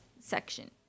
section